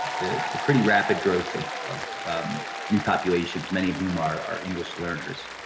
the the pretty rapid growth of of new populations, many of whom are english learners.